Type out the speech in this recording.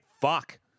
Fuck